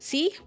See